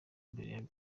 mbere